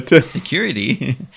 Security